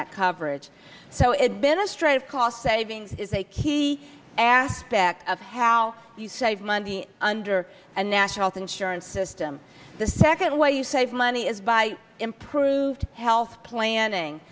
that coverage so it's been a straight cost savings is a key aspect of how you save money under and national insurance system the second way you save money is by improved health planning